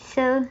so